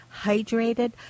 hydrated